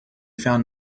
found